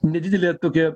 nedidelę tokią